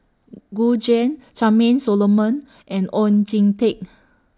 Gu Juan Charmaine Solomon and Oon Jin Teik